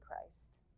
Christ